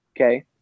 okay